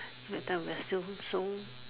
that time we're still so